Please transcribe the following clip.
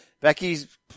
Becky's